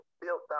built